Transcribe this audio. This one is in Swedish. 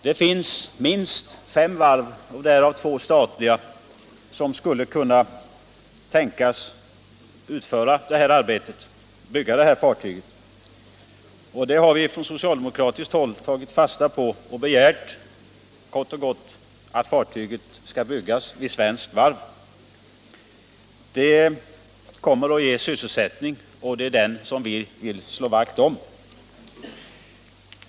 Det finns minst fem varv, därav två statliga, som skulle kunna tänkas bygga det här fartyget. Det har vi från socialdemokratiskt håll tagit fasta på och kort och gott begärt att fartyget skall byggas vid svenskt varv. Det kommer att ge sysselsättning, och den vill vi slå vakt om.